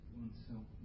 oneself